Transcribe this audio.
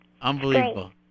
Unbelievable